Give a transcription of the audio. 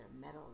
metal